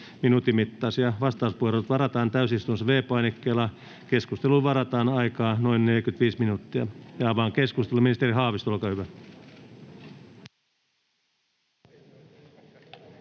minuutin mittaisia. Vastauspuheenvuorot varataan täysistunnossa V-painikkeella. Keskusteluun varataan aikaa noin 45 minuuttia. Avaan keskustelun. — Ministeri Haavisto, olkaa hyvä.